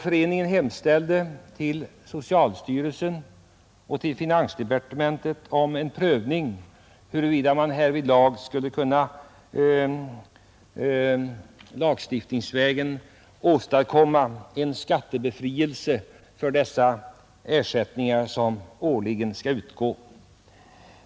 Föreningen hemställde till socialstyrelsen och finansdepartementet om en prövning av huruvida man härvidlag skulle kunna lagstiftningsvägen åstadkomma en skattebefrielse för de ersättningar som årligen skall utgå.